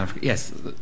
Yes